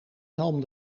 helm